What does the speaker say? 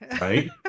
right